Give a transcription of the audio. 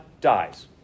dies